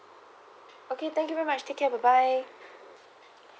okay thank you very much take care bye bye